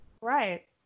right